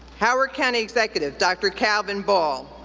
howard county executive dr. calvin ball,